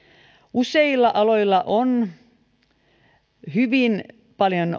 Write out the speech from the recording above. useilla aloilla on hyvin paljon